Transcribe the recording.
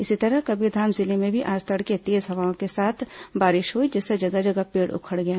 इसी तरह कबीरधाम जिले में भी आज तड़के तेज हवाओं के साथ बारिश हुई जिससे जगह जगह पेड़ उखड़ गए